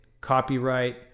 copyright